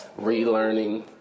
relearning